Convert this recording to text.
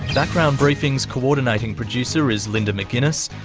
background briefing's coordinating producer is linda mcginness,